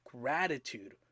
gratitude